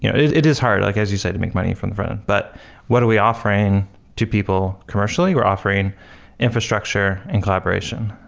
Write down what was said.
you know it it is hard, like as you said, to make money from the frontend. but what are we offering to people commercially? we're offering infrastructure and collaboration.